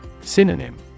Synonym